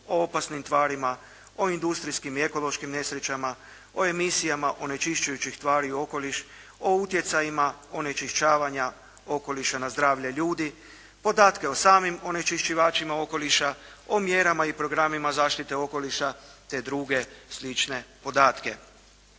o opasnim tvarima, o industrijskim i ekološkim nesrećama, o emisijama onečišćujućih tvari u okoliš, o utjecajima onečišćavanja okoliša na zdravlje ljudi, podatke o samim onečišćivačima okoliša, o mjerama i programima zaštite okoliša te druge slične podatke.